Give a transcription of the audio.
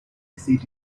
seat